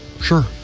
Sure